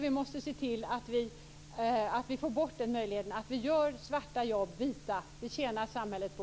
Vi måste se till att vi får bort den möjligheten och att vi gör svarta jobb vita. Det tjänar samhället på.